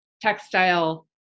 textile